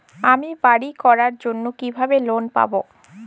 আমি বাড়ি করার জন্য কিভাবে লোন পাব?